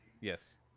Yes